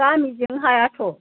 गामिजों हायाथ'